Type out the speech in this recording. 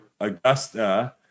Augusta